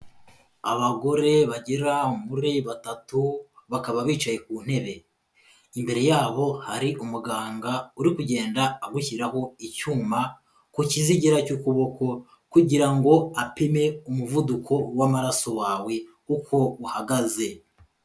Abagore bagera muri batatu bakaba bicaye ku ntebe, imbere yabo hari umuganga uri kugenda agushyiraho icyuma ku kizigira cy'ukuboko, kugira ngo apime umuvuduko w'amaraso wawe uko uhagaze.